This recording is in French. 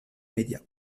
média